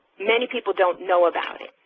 many people don't know about it,